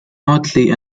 earthly